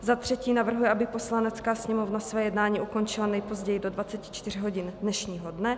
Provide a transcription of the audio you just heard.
Za třetí navrhuje, aby Poslanecká sněmovna své jednání ukončila nejpozději do 24 hodin dnešního dne.